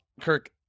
Kirk